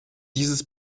dieses